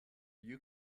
you